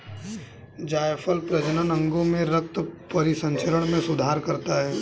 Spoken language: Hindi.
जायफल प्रजनन अंगों में रक्त परिसंचरण में सुधार करता है